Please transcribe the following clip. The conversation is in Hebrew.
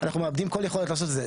אנחנו מאבדים כל יכולת לעשות את זה.